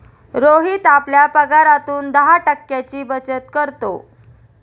रोहित आपल्या पगारातून दहा टक्क्यांची बचत करतो